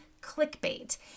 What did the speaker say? clickbait